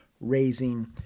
raising